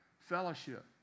Fellowship